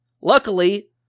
luckily